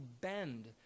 bend